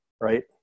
Right